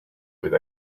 with